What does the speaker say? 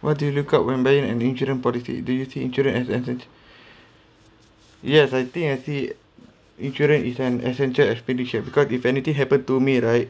what do you look look out when buying insurance policy do you think insurance as an exp~ yes I think I see insurance is an essential expenditure because if anything happened to me right